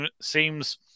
seems